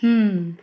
ହୁଁ